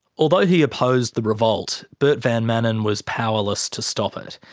although he opposed the revolt, bert van manen was powerless to stop it.